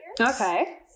Okay